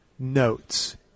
notes